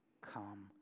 come